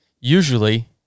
usually